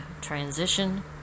transition